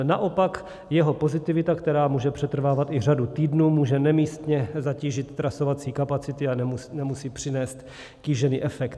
Naopak jeho pozitivita, která může přetrvávat i řadu týdnů, může nemístně zatížit trasovací kapacity a nemusí přinést kýžený efekt.